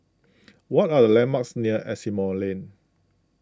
what are the landmarks near Asimont Lane